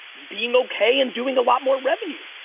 being okay and doing a lot more revenue.